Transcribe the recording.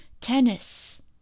tennis